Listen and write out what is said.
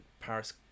Paris